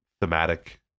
thematic